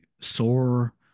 sore